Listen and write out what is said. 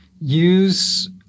use